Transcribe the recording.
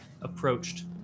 approached